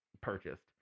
purchased